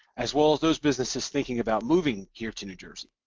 as well as those businesses thinking about moving here to new jersey.